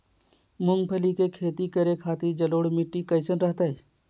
मूंगफली के खेती करें के खातिर जलोढ़ मिट्टी कईसन रहतय?